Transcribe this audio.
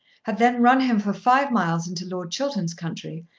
had then run him for five miles into lord chiltern's country,